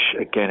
again